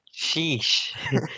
Sheesh